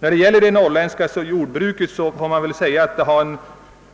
Jag vill dessutom konstatera att det norrländska jordbruket har